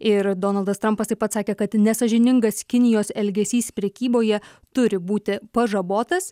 ir donaldas trampas taip pat sakė kad nesąžiningas kinijos elgesys prekyboje turi būti pažabotas